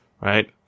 right